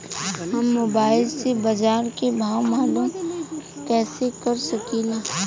हम मोबाइल से बाजार के भाव मालूम कइसे कर सकीला?